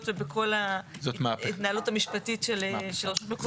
ובכל ההתנהלות המשפטית של רשות מקומית.